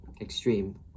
extreme